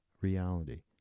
reality